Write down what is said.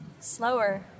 slower